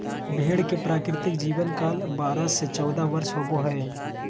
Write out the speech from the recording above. भेड़ के प्राकृतिक जीवन काल बारह से चौदह वर्ष होबो हइ